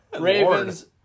Ravens